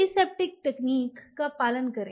aseptic तकनीक का पालन करें